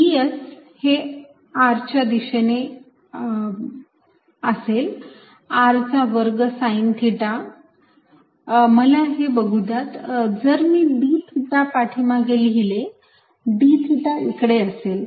ds हे r च्या दिशेने असेल r चा वर्ग साईन थिटा मला हे बघूद्यात जर मी d थिटा पाठीमागे लिहिले d थिटा इकडे असेल